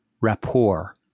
rapport